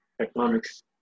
Economics